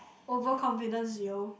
overconfidence yo